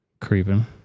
Creeping